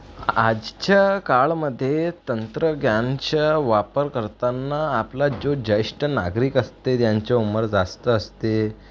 आजच्या काळामध्ये तंत्रग्यानचं वापर करताना आपला जो ज्येष्ठ नागरिक असते ज्यांचं उमर जास्त असते